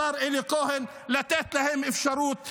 השר אלי כהן, לתת להם אפשרות לעבוד.